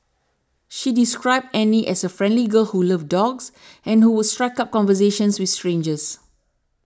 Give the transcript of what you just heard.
she described Annie as a friendly girl who loved dogs and who would strike up conversations with strangers